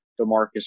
Demarcus